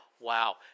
Wow